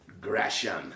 Gresham